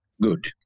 good